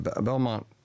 Belmont